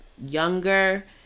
younger